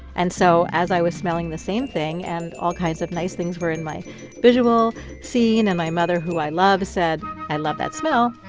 and so, as i was smelling the same thing and all kinds of nice things were in my visual scene and my mother who i love said, i love that smell,